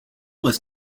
was